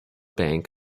bank